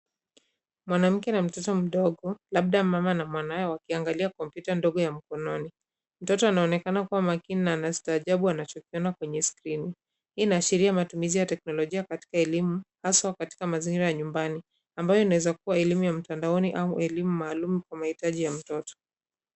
Mwanamke na mtoto mdogo, labda mama na mwanaye wakiangalia kompyuta ndogo ya mkononi. Mtoto anaonekana kuwa makini na anastaajabu anachokiona kwenye skrini. Hii inaashiria matumizi ya teknolojia katika elimu, haswa katika mazingira ya nyumbani ambayo inaweza kuwa elimu ya mtandaoni au elimu maalum kwa mahitaji ya mtoto.